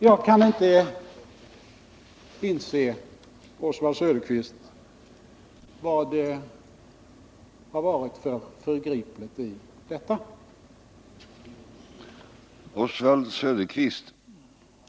Jag kan inte inse, Oswald Söderqvist, vad det har varit för förgripligt i detta.